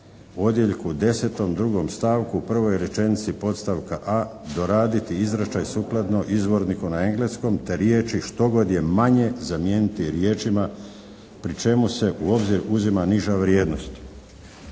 odjeljku 10., 2. stavku, prvoj rečenici podstavka a) doraditi izračaj sukladno izvorniku na engleskom te riječi štogod je manje zamijeniti riječima pri čemu se u obzir uzima niža vrijednost.